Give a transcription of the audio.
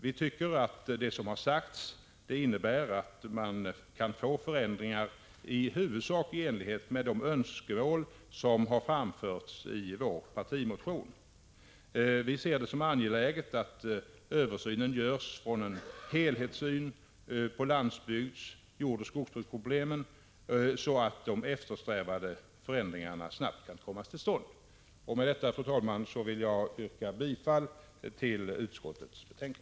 Vi tycker att det som har sagts innebär att man kan få förändringar i huvudsak i enlighet med de önskemål som har framförts i vår partimotion. Vi ser det som angeläget att översynen görs utifrån en helhetssyn på landsbygds-, jordoch skogsbruksproblemen, så att de eftersträvade förändringarna snabbt kan komma till stånd. Med detta, fru talman, vill jag yrka bifall till utskottets hemställan.